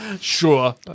sure